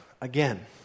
again